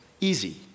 Easy